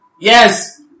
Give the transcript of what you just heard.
Yes